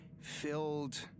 filled